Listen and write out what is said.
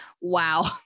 Wow